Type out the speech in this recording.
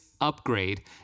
upgrade